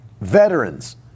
Veterans